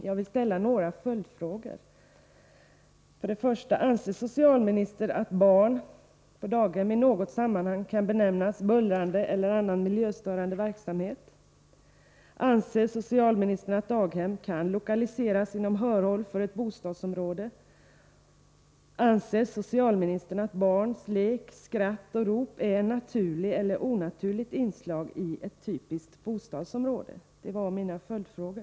Jag vill ställa några följdfrågor. Anser socialministern att barns lek, skratt och rop är ett naturligt eller onaturligt inslag i ett typiskt bostadsområde? Detta var mina följdfrågor.